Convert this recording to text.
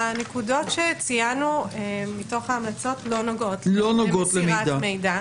הנקודות שציינו מתוך ההמלצות לא נוגעות למסירת מידע.